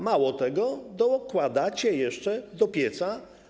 Mało tego, dokładacie jeszcze do pieca.